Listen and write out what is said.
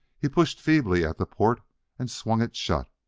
he pushed feebly at the port and swung it shut.